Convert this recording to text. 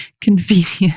convenient